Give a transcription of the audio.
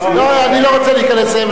לא, אני לא רוצה להיכנס.